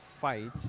fight